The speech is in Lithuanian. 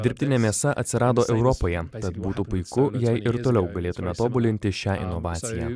dirbtinė mėsa atsirado europoje tad būtų puiku jei ir toliau galėtume tobulinti šią inovaciją